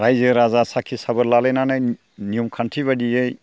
रायजो राजा साखि साबोर लालायनानै नियम खान्थिबायदियै